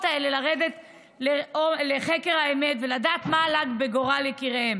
האלה לרדת לחקר האמת ולדעת מה עלה בגורל יקיריהן.